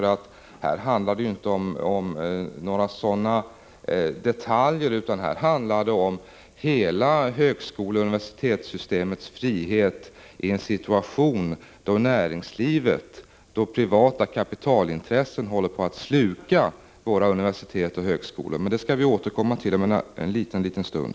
I det här ärendet handlar det inte om några sådana detaljer, utan här handlar det om hela högskoleoch universitetssystemets frihet i en situation då näringslivet och privata kapitalintressen håller på att sluka våra universitet och högskolor. Detta skall vi återkomma till om en liten stund.